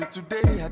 Today